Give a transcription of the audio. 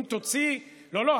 אם תוציאי, לא, לא.